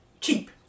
Cheap